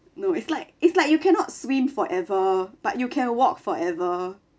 no it's like it's like you cannot swim forever but you can walk forever